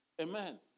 Amen